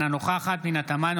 אינה נוכחת פנינה תמנו,